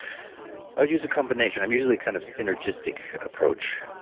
ah use a combination. i'm usually kind of synergistic approach,